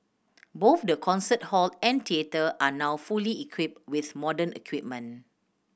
both the concert hall and theatre are now fully equipped with modern equipment